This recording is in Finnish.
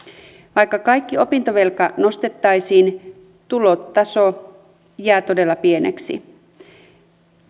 vaikka kaikki opintovelka nostettaisiin tulotaso jää todella pieneksi